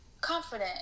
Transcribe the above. confident